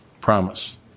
Promise